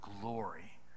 glory